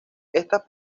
estas